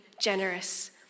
generous